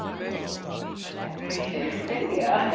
i will defer that question to cynthia.